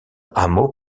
hameau